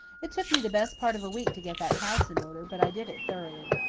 it took me the best part of a week to get that house in order, but i did it thoroughly.